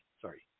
Sorry